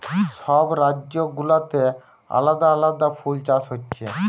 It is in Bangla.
সব রাজ্য গুলাতে আলাদা আলাদা ফুল চাষ হচ্ছে